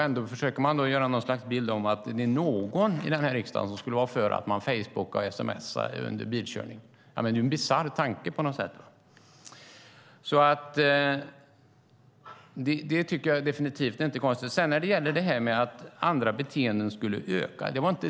Ändå försöker man ge något slags bild av att det finns någon här i riksdagen som skulle vara för att man facebookar och sms:ar under bilkörning. Det är en bisarr tanke! Sedan sade jag inte att andra beteenden skulle öka.